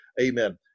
amen